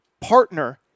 partner